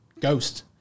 ghost